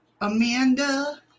Amanda